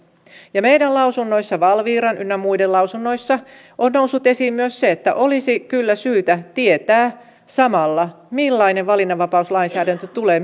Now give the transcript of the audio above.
meidän lausunnoissamme valviran ynnä muiden lausunnoissa on noussut esiin myös se että olisi kyllä syytä tietää samalla millainen valinnanvapauslainsäädäntö tulee